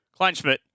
Kleinschmidt